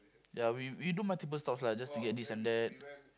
ya we we do multiple stops lah just to get this and that